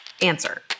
Answer